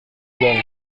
john